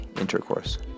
intercourse